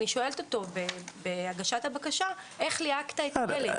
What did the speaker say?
אני שואלת אותו בהגשת הבקשה, איך ליהקת את הילד?